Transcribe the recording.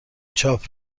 چاپ